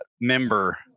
member